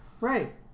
right